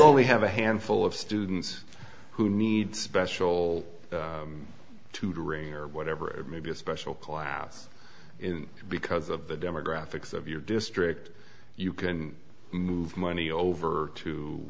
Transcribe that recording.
we have a handful of students who need special tutoring or whatever it may be a special class because of the demographics of your district you can move money over to